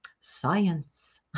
science